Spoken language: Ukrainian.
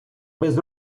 без